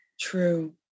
True